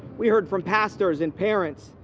way heard from pastors and parents,